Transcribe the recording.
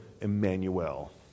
Emmanuel